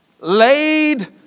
Laid